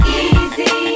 easy